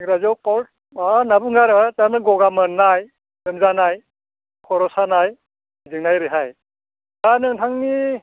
माबा होनना बुङो आरो थारमानि गगा मोननाय लोमजानाय खर' सानाय जोंलाय ओरैहाय दा नोंथांनि